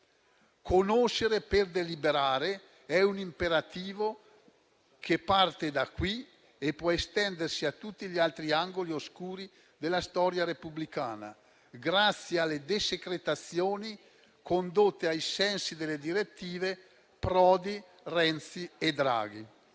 Conoscere per deliberare è un imperativo che parte da qui e può estendersi a tutti gli altri angoli oscuri della storia repubblicana, grazie alle desecretazioni condotte ai sensi delle direttive Prodi, Renzi e Draghi.